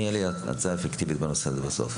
תהיה לי הצעה אפקטיבית בנושא הזה בסוף.